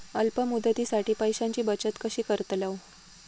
अल्प मुदतीसाठी पैशांची बचत कशी करतलव?